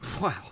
Wow